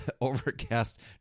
overcast